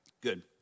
Good